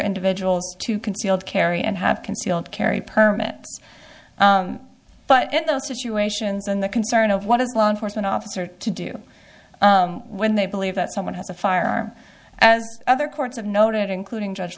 individuals to concealed carry and have concealed carry permits but in those situations and the concern of what does law enforcement officer to do when they believe that someone has a firearm and other courts have noted including judge